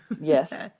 yes